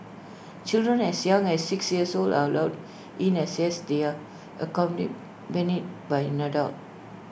children as young as six years old are allowed in as this they are accompanied many by an adult